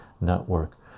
Network